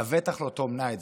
לבטח לא תום ניידס,